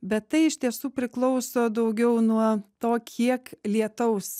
bet tai iš tiesų priklauso daugiau nuo to kiek lietaus